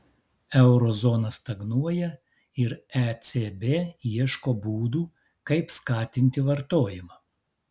euro zona stagnuoja ir ecb ieško būdų kaip skatinti vartojimą